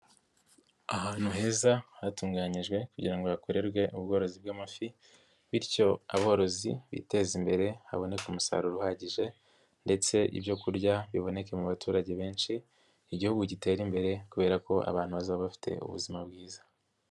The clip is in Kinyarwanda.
Ahantu heza hatunganyijwe kugira ngo hakorerwe ubworozi bw'amafi bityo aborozi biteze imbere haboneke umusaruro uhagije ndetse ibyokurya biboneke mu baturage benshi, Igihugu gitera imbere kubera ko abantu bazaba bafite ubuzima bwiza.